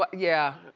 but yeah,